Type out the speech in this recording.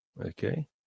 okay